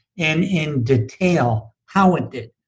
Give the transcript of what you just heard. in in detail how it did.